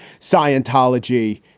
Scientology